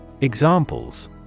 Examples